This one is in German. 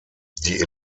die